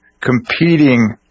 competing